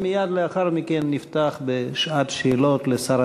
ומייד לאחר מכן נפתח בשעת שאלות לשר